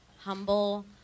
humble